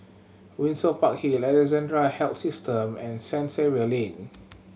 Windsor Park Hill Alexandra Health System and Saint Xavier Lane